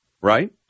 right